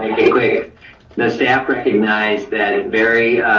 you know stay applicantize that it very